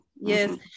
yes